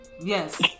yes